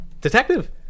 Detective